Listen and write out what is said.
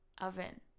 Oven